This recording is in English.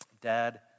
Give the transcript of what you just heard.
Dad